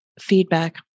feedback